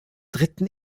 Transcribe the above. dritten